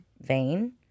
vein